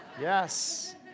Yes